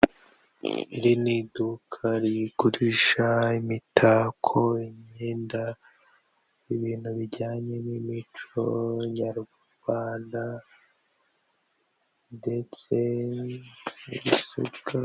Iri ni iduka rigurisha imitako, imyenda, ibintu bijyanye n'imico nyarwanda ndetse n'ibisuka.